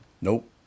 Nope